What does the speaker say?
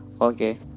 Okay